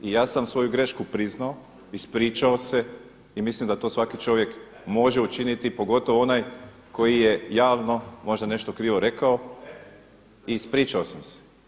I ja sam svoju grešku priznao, ispričao se i mislim da to svaki čovjek može učiniti pogotovo onaj koji je javno možda nešto krivo rekao i ispričao sam se.